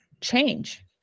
change